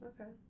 Okay